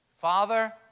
Father